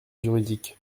juridique